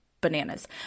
bananas